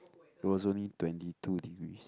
was only twenty two degrees